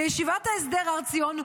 בישיבת ההסדר הר ציון,